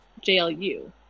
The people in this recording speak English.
jlu